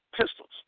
pistols